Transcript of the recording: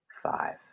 Five